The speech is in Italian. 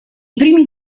primi